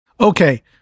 Okay